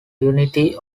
unity